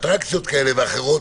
קניות ואטרקציות כאלה ואחרות.